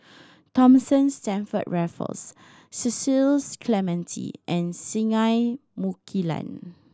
Thomas Stamford Raffles Cecil Clementi and Singai Mukilan